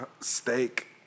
steak